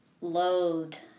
loathed